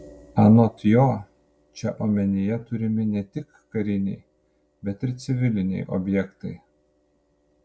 anot jo čia omenyje turimi ne tik kariniai bet ir civiliniai objektai